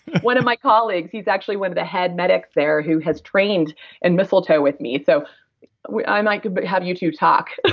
one of my colleagues, he's actually one of the head medics there who has trained in mistletoe with me, so i might have you two talk